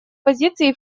позиции